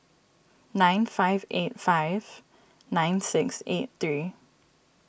nine five eight five nine six eight three